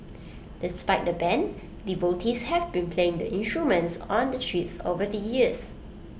despite the ban devotees have been playing the instruments on the streets over the years